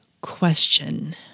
question